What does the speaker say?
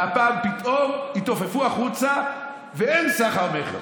והפעם, פתאום התעופפו החוצה ואין סחר-מכר.